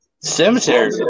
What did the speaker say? Cemetery